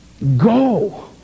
go